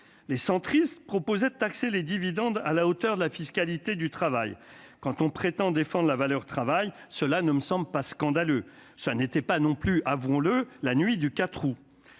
les centristes proposait de taxer les dividendes à la hauteur de la fiscalité du travail quand on prétend défendre la valeur travail, cela ne me semble pas scandaleux, ça n'était pas non plus avant le la nuit du 4 août